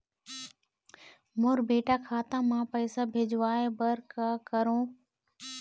मोर बेटा खाता मा पैसा भेजवाए बर कर करों?